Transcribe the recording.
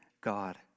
God